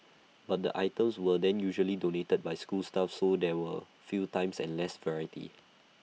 but the items were then usually donated by school staff so there were few times and less variety